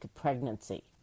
pregnancy